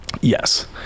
yes